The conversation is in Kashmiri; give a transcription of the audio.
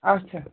اَچھا